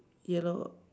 yellow